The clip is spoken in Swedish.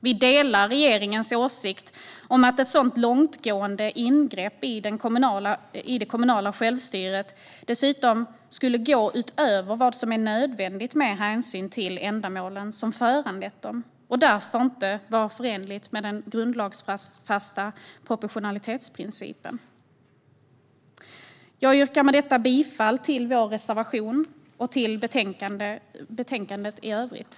Vi delar regeringens åsikt att ett sådant långtgående ingrepp i det kommunala självstyret dessutom skulle gå utöver vad som är nödvändigt med hänsyn till ändamålen som föranlett dem och därför inte är förenligt med den grundlagsfästa proportionalitetsprincipen. Jag yrkar med detta bifall till vår reservation och i övrigt till utskottets förslag.